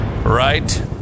Right